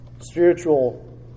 spiritual